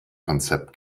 konzept